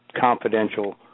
confidential